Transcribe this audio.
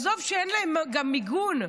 עזוב שאין להם גם מיגון.